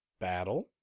Battle